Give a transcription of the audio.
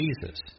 Jesus